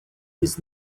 his